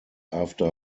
after